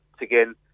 again